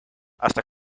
hasta